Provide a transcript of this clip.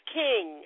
king